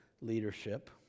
leadership